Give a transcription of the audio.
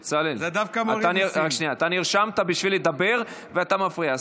בצלאל, אתה נרשמת לדבר ואתה מפריע.